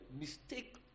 mistake